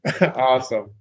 Awesome